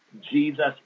Jesus